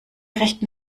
rechten